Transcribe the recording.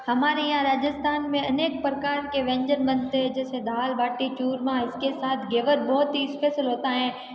हमारे यहाँ राजस्थान में अनेक प्रकार के व्यंजन बनते है जैसे दाल बाटी चूरमा इसके साथ गेवर बहुत ही स्पेशल होता है